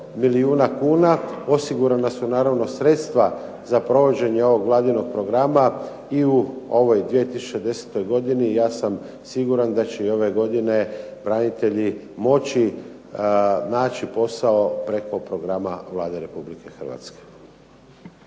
milijuna kuna. Osigurana su sredstva za provođenje ovog vladinog programa i u ovoj 2010. godini ja sam siguran da će i ove godine branitelji moći naći posao preko programa Vlada Republike Hrvatske.